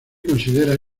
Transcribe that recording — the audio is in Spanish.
considera